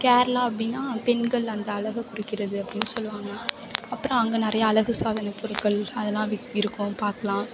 கேரளா அப்படினா பெண்கள் அந்த அழகை குறிக்கிறது அப்படின்னு சொல்லுவாங்க அப்புறம் அங்கே நிறையா அழகு சாதன பொருட்கள் அதெலாம் இருக்கும் பார்க்குலாம்